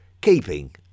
keeping